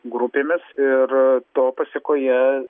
grupėmis ir to pasekoje